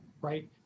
right